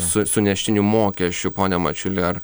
su suneštinių mokesčių pone mačiuli ar